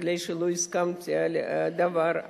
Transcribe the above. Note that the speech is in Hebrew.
בגלל שלא הסכמתי לדבר,